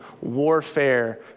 warfare